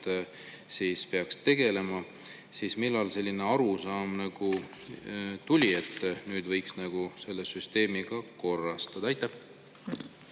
amet peaks tegelema. Millal selline arusaam tuli, et nüüd võiks seda süsteemi korrastada? Aitäh,